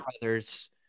Brothers